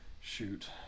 shoot